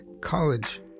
college